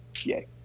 yay